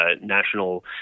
national